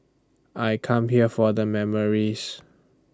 I come here for the memories